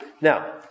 Now